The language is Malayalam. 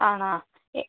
ആണോ